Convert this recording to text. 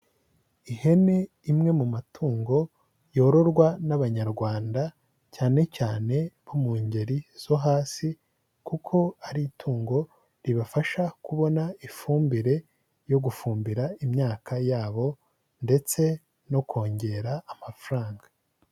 Ihene imwe mu matungo yororwa n'abanyarwanda, cyane cyane bo mu ngeri zo hasi, kuko ari itungo ribafasha kubona ifumbire yo gufumbira imyaka yabo, ndetse no kongera amafaranga.